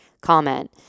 comment